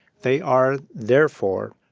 they are, therefore,